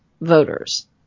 voters